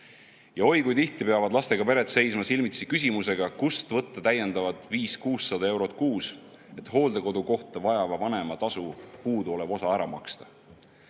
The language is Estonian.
Oi kui tihti peavad lastega pered seisma silmitsi küsimusega, kust võtta täiendavad 500–600 eurot kuus, et hooldekodukohta vajava vanema tasu puuduolev osa ära maksta.